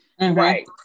Right